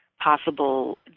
possible